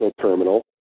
terminal